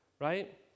Right